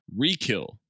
Rekill